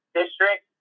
district